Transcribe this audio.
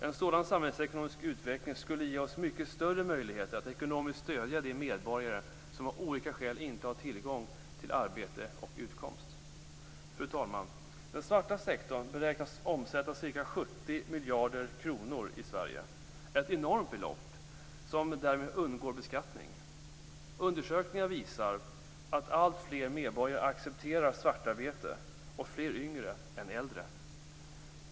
En sådan samhällsekonomisk utveckling skulle ge oss mycket större möjligheter att ekonomiskt stödja de medborgare som av olika skäl inte har tillgång till arbete och utkomst. Fru talman! Den svarta sektorn beräknas omsätta ca 70 miljarder kronor i Sverige, ett enormt belopp som därmed undgår beskattning. Undersökningar visar att alltfler medborgare accepterar svartarbete, fler yngre än äldre.